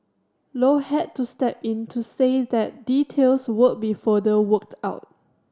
low had to step in to say that details would be further worked out